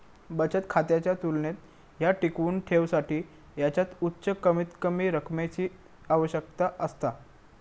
बचत खात्याच्या तुलनेत ह्या टिकवुन ठेवसाठी ह्याच्यात उच्च कमीतकमी रकमेची आवश्यकता असता